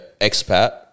expat